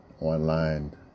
online